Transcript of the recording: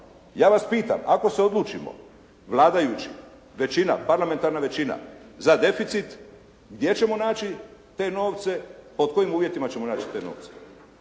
Ja vas pitam, ako se odlučimo vladajući, većina, parlamentarna većina za deficit gdje ćemo naći te novce, pod kojim uvjetima ćemo naći te novce?